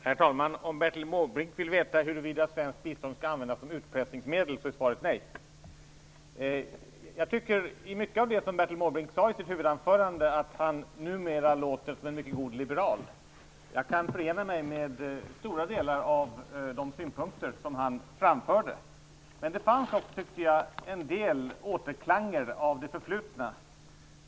Herr talman! Om Bertil Måbrink vill veta huruvida svenskt bistånd skall användas som utpressningsmedel, vill jag säga att svaret är nej. Jag tycker att Bertil Måbrink i mycket av det som han sade i sitt huvudanförande numera låter som en god liberal. Jag kan förena mig med stora delar av de synpunkter som han anförde. Men jag tyckte också att det fanns en del återklanger från det förflutna.